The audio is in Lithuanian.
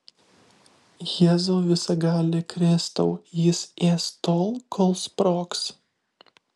jėzau visagali kristau jis ės tol kol sprogs